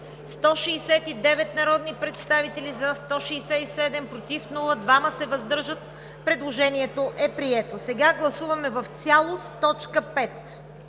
169 народни представители: за 167, против няма, въздържали се 2. Предложението е прието. Сега гласуваме в цялост